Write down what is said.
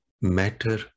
matter